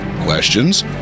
questions